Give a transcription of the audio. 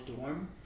dorm